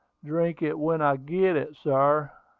drink it when i git it, sar.